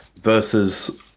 versus